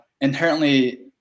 inherently